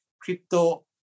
crypto